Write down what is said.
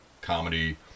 comedy